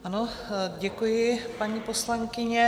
Ano, děkuji, paní poslankyně.